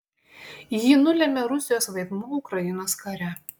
jį nulėmė rusijos vaidmuo ukrainos kare